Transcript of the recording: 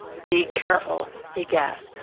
be careful! he gasped.